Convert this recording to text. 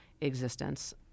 existence